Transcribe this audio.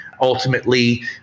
ultimately